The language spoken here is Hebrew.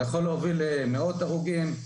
זה יכול להוביל למאות הרוגים.